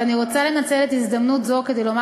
ואני רוצה לנצל את ההזדמנות הזו כדי לומר